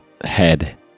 Head